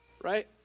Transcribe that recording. Right